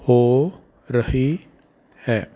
ਹੋ ਰਹੀ ਹੈ